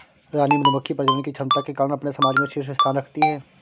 रानी मधुमक्खी प्रजनन की क्षमता के कारण अपने समाज में शीर्ष स्थान रखती है